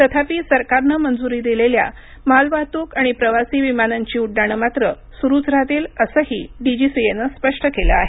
तथापि सरकारनं मंजुरी दिलेल्या मालवाहतूक आणि प्रवासी विमानांची उड्डाणं मात्र सुरूच राहतील असंही डीजीसीएनं स्पष्ट केलं आहे